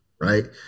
Right